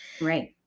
Right